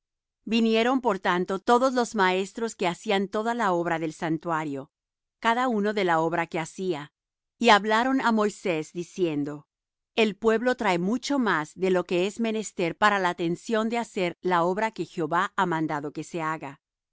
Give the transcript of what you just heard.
vinieron por tanto todos los maestros que hacían toda la obra del santuario cada uno de la obra que hacía y hablaron á moisés diciendo el pueblo trae mucho más de lo que es